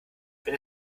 wenn